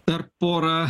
dar porą